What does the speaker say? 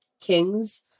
kings